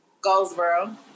Goldsboro